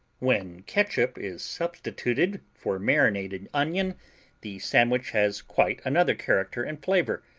when catsup is substituted for marinated onion the sandwich has quite another character and flavor,